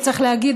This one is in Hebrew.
וצריך להגיד,